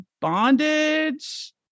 bondage